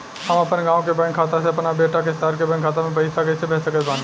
हम अपना गाँव के बैंक खाता से अपना बेटा के शहर के बैंक खाता मे पैसा कैसे भेज सकत बानी?